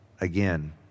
again